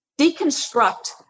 deconstruct